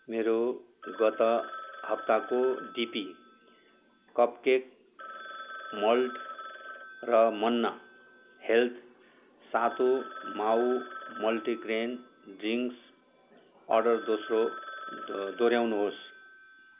मेरो गत हप्ताको डिपी कपकेक मल्ट र मन्ना हेल्थ सातु मावु मल्टीग्रेन ड्रिङ्क्स अर्डर दोस्रो दोहोऱ्याउनुहोस्